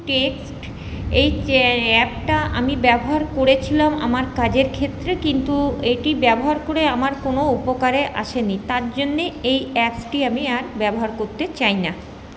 text এই অ্যাপটা আমি ব্যবহার করেছিলাম আমার কাজের ক্ষেত্রে কিন্তু এটি ব্যবহার করে আমার কোনো উপকারে আসে নি তার জন্যে এই অ্যাপস টি আমি আর ব্যবহার করতে চাই না